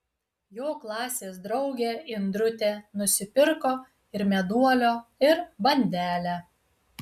jo klasės draugė indrutė nusipirko ir meduolio ir bandelę